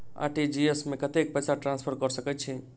RTGS मे कतेक पैसा ट्रान्सफर कऽ सकैत छी?